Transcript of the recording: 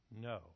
No